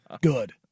Good